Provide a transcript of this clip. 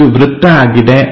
ಇದು ವೃತ್ತ ಆಗಿದೆ